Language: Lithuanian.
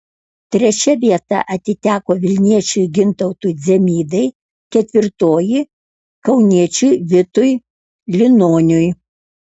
trečia vieta atiteko vilniečiui gintautui dzemydai ketvirtoji kauniečiui vitui linoniui